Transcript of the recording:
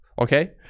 Okay